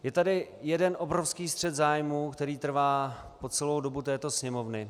Je tu jeden obrovský střet zájmů, který trvá po celou dobu této Sněmovny.